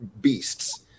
beasts